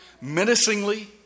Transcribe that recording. menacingly